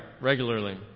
regularly